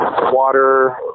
water